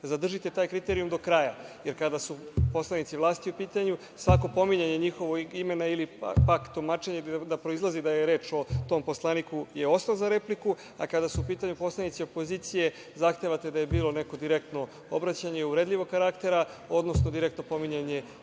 zadržite taj kriterijum do kraja, jer kada su poslanici vlasti u pitanju, svako pominjanje njihovog imena ili pak tumačenje da proizilazi da je reč o tom poslaniku je osnov za repliku, a kada su u pitanju poslanici opozicije, zahtevate da je bilo neko direktno obraćanje uvredljivog karaktera, odnosno direktno pominjanje